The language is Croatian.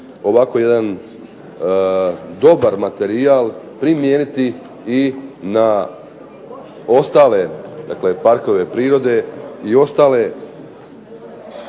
ovako jedan dobar materijal primijeniti i na ostale parkove prirode i ostale